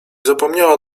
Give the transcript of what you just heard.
zapomniała